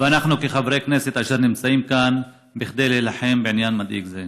ואנחנו חברי כנסת אשר נמצאים כאן כדי להילחם בעניין מדאיג זה.